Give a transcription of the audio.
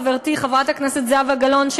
חברתי חברת הכנסת זהבה גלאון,